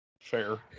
Fair